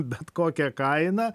bet kokia kaina